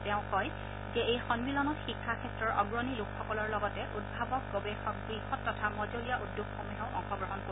তেওঁ কয় যে এই সন্মিলনত শিক্ষা ক্ষেত্ৰৰ অগ্ৰণী লোকসকলৰ লগতে উদ্ভাৱক গৱেষক বৃহৎ তথা মজলীয়া উদ্যোগসমূহেও অংশগ্ৰহণ কৰিব